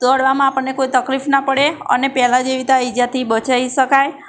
દોડવામાં આપણને કોઈ તકલીફ ના પડે અને પહેલાં જેવી રીતનાં ઇજાથી બચી શકાય